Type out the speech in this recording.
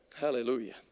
Hallelujah